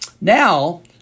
Now